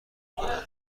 میکنم